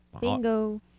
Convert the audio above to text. Bingo